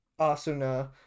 Asuna